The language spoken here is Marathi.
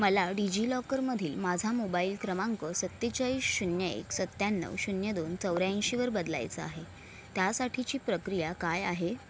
मला डिजिलॉकरमधील माझा मोबाईल क्रमांक सत्तेचाळीस शून्य एक सत्त्याण्णव शून्य दोन चौऱ्याऐंशीवर बदलायचा आहे त्यासाठीची प्रक्रिया काय आहे